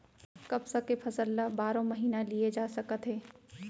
कपसा के फसल ल बारो महिना लिये जा सकत हे